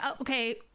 okay